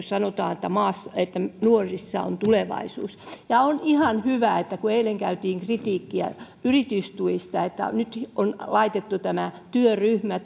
sanotaan että nuorissa on tulevaisuus on ihan hyvä kun eilen esitettiin kritiikkiä yritystuista että nyt on laitettu tämä työryhmä